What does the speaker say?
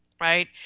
right